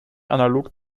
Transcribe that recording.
analog